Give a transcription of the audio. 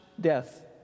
death